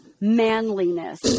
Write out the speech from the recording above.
manliness